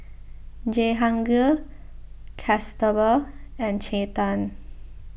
Jehangirr Kasturba and Chetan